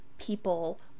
people